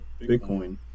bitcoin